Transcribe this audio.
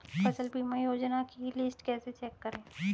फसल बीमा योजना की लिस्ट कैसे चेक करें?